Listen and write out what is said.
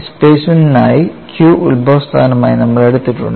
ഡിസ്പ്ലേസ്മെൻറ്നായി Q ഉത്ഭവസ്ഥാനമായി നമ്മൾ എടുത്തിട്ടുണ്ട്